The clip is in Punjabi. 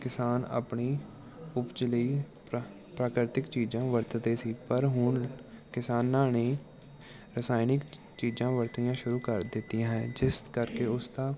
ਕਿਸਾਨ ਆਪਣੀ ਉਪਜ ਲਈ ਪ੍ਰਾ ਪ੍ਰਕ੍ਰਿਤਿਕ ਚੀਜ਼ਾਂ ਵਰਤਦੇ ਸੀ ਪਰ ਹੁਣ ਕਿਸਾਨਾਂ ਨੇ ਰਸਾਇਣਿਕ ਚੀਜ਼ਾਂ ਵਰਤਣੀਆਂ ਸ਼ੁਰੂ ਕਰ ਦਿੱਤੀਆਂ ਹੈ ਜਿਸ ਕਰਕੇ ਉਸ ਦਾ